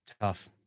tough